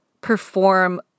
perform